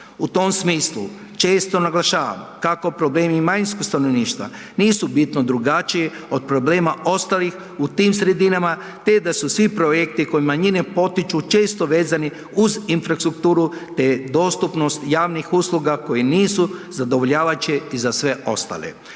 U tom smislu često naglašavam kako problemi manjinskog stanovništva nisu bitno drugačiji od problema ostalih u tim sredinama, te da su svi projekti koje manjine potiču često vezani uz infrastrukturu, te dostupnost javnih usluga koji nisu zadovoljavajuće i za sve ostale.